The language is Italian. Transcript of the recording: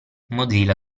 mozilla